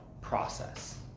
process